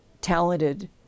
talented